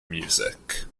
music